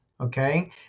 Okay